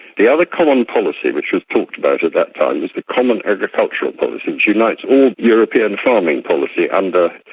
the other common policy which was talked about at that time was the common agricultural policy which unites all european farming policy under,